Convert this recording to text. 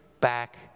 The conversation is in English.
back